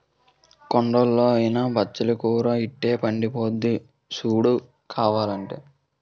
కొండల్లో అయినా బచ్చలి కూర ఇట్టే పెరిగిపోద్దక్కా సూడు కావాలంటే